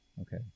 Okay